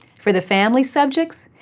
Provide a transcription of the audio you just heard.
for the family subjects,